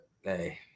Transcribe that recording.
hey